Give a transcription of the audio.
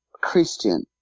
Christian